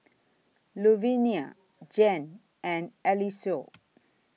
Luvinia Jan and Eliseo